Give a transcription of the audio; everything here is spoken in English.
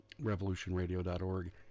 revolutionradio.org